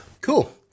Cool